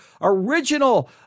original